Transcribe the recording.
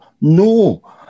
No